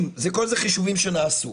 כל זה חישובים שנעשו.